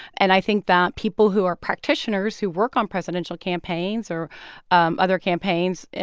and i think that people who are practitioners, who work on presidential campaigns or um other campaigns,